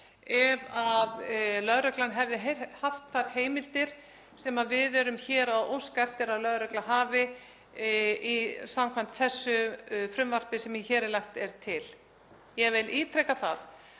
ef lögreglan hefði haft þær heimildir sem við erum hér að óska eftir að lögregla hafi samkvæmt því frumvarpi sem hér er lagt til. Ég vil ítreka það